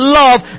love